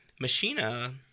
Machina